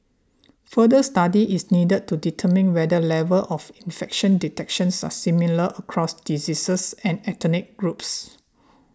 further study is needed to determine whether levels of infection detections are similar across diseases and ethnic groups